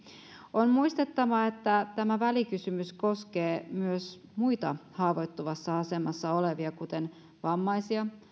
on muistettava että tämä välikysymys koskee myös muita haavoittuvassa asemassa olevia kuten vammaisia